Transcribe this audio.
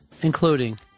including